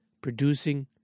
producing